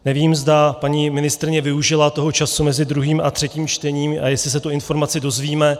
Nevím, zda paní ministryně využila toho času mezi druhým a třetím čtením a jestli se tu informaci dozvíme.